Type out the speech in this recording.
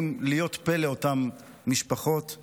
אך לצד זאת עלינו לפתור אחת ולתמיד את המצב הבלתי-אפשרי